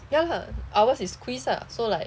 ya lah ours is quiz lah so like